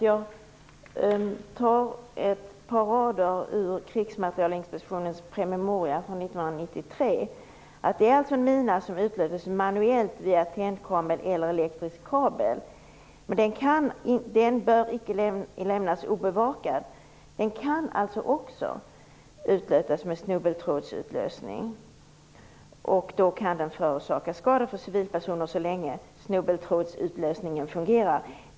Jag återger ett par rader ur Krigsmaterielinspektionens promemoria från Det här är en mina som utlöses manuellt via tändkabel eller elektrisk kabel. Den bör icke lämnas obevakad. Den kan nämligen också utlösas med snubbeltrådsutlösning. Den kan då orsaka skador på civilpersoner så länge snubbeltrådsutlösningen fungerar.